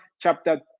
chapter